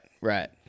right